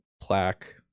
plaque